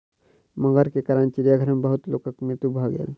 मगर के कारण चिड़ियाघर में बहुत लोकक मृत्यु भ गेल